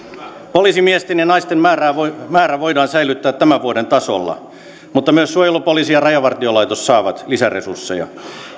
poliisimiesten ja naisten määrä voidaan säilyttää tämän vuoden tasolla mutta myös suojelupoliisi ja rajavartiolaitos saavat lisäresursseja